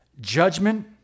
Judgment